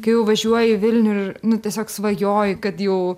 kai jau važiuoji į vilnių ir nu tiesiog svajoji kad jau